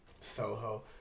Soho